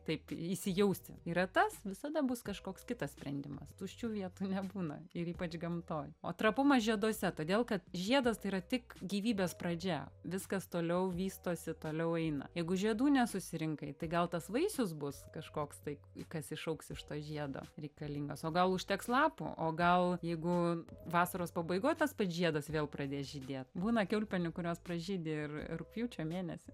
taip įsijaust yra tas visada bus kažkoks kitas sprendimas tuščių vietų nebūna ir ypač gamtoj o trapumas žieduose todėl kad žiedas tai yra tik gyvybės pradžia viskas toliau vystosi toliau eina jeigu žiedų nesusirinkai tai gal tas vaisius bus kažkoks tai kas išaugs iš to žiedo reikalingas o gal užteks lapų o gal jeigu vasaros pabaigoj tas pats žiedas vėl pradės žydėt būna kiaulpienių kurios pražydi ir rugpjūčio mėnesį